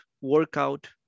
workout